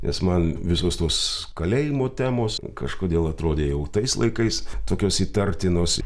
nes man visos tos kalėjimo temos kažkodėl atrodė jau tais laikais tokios įtartinos